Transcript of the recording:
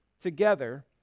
together